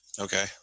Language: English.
Okay